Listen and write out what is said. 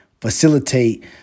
facilitate